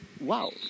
wow